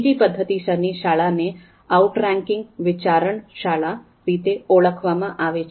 બીજી પદ્ધતિસરની શાળાને આઉટરીંકિંગ વિચારણાન શાળા રીતે ઓળખવામાં આવે છે